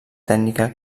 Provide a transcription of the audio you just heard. tècnica